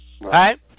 Right